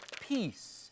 peace